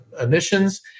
emissions